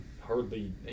hardly –